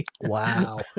wow